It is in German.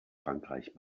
frankreich